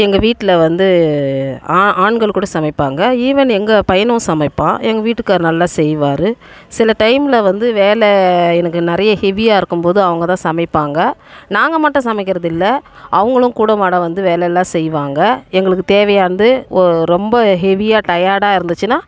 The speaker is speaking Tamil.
எங்கள் வீட்டில் வந்து ஆ ஆண்கள் கூட சமைப்பாங்க ஈவென் எங்கள் பையனும் சமைப்பான் எங்கள் வீட்டுக்காரர் நல்லா செய்வார் சில டைமில் வந்து வேலை எனக்கு நிறைய ஹெவியாக இருக்கும் போது அவங்கதான் சமைப்பாங்க நாங்கள் மட்டும் சமைக்கிறது இல்லை அவர்களும் கூடமாட வந்து வேலையெல்லாம் செய்வாங்க எங்களுக்கு தேவையானது ஓ ரொம்ப ஹெவியாக டையார்டாக இருந்துச்சுன்னா